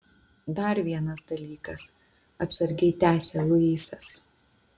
dar vienas dalykas atsargiai tęsia luisas